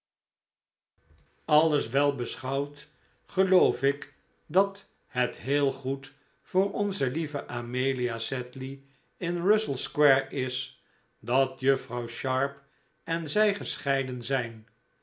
alles wel beschouwd geloof ik dat het heel goed voor onze lieve amelia sedley in russell square is dat juffrouw sharp en zij gescheiden zijn